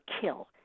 kill